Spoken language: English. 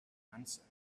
answer